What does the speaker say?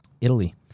italy